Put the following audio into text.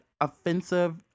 offensive